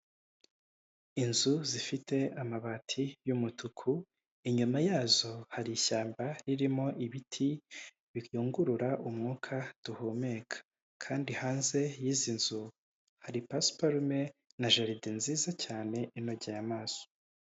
Inzu zifite amabati y'umutuku inyuma yazo hari ishyamba ririmo ibiti biyungurura umwuka duhumeka, kandi hanze y'izi nzu hari pasiparume na jaride nziza cyane inogeye amaso.